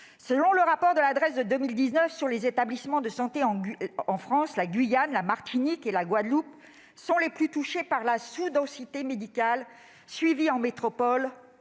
et des statistiques (Drees) sur les établissements de santé en France, la Guyane, la Martinique et la Guadeloupe sont les plus touchées par la sous-densité médicale, suivies en métropole